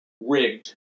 rigged